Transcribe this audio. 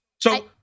So-